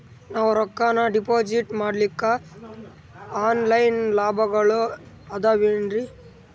ನಾವು ರೊಕ್ಕನಾ ಡಿಪಾಜಿಟ್ ಮಾಡ್ಲಿಕ್ಕ ಆನ್ ಲೈನ್ ಸೌಲಭ್ಯಗಳು ಆದಾವೇನ್ರಿ?